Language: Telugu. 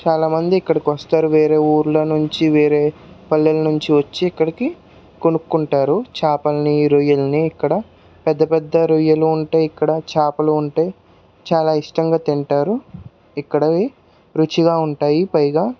చాలామంది ఇక్కడికి వస్తారు వేరే ఊర్ల నుంచి వేరే పల్లెల నుంచి వచ్చి ఇక్కడికి కొనుక్కుంటారు చేపల్ని రొయ్యల్ని ఇక్కడ పెద్ద పెద్ద రొయ్యలు ఉంటాయి ఇక్కడ చేపలు ఉంటాయి చాలా ఇష్టంగా తింటారు ఇక్కడవి రుచిగా ఉంటాయి పైగా